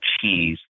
cheese